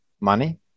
money